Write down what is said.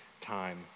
time